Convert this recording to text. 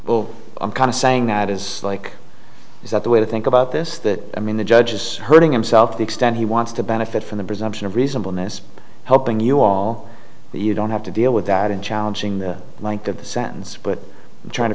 i'm kind of saying that is like is that the way to think about this that i mean the judge is hurting himself to the extent he wants to benefit from the presumption of reasonableness helping you all that you don't have to deal with that in challenging the length of the sentence but trying to